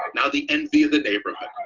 now the envy of the neighborhood.